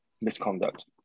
misconduct